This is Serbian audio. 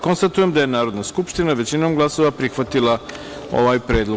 Konstatujem da je Narodna skupština većinom glasova prihvatila ovaj predlog.